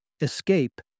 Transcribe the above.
Escape